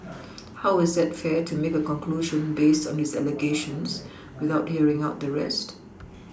how is that fair to make a conclusion based on his allegations without hearing out the rest